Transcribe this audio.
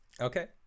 okay